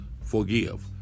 forgive